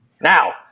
Now